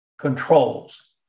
controls